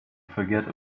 forget